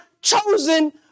chosen